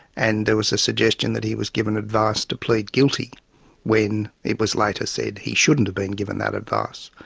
and there was a suggestion that he was given advice to plead guilty when it was later said he shouldn't have been given that advice.